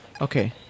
Okay